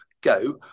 go